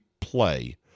play